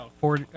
Four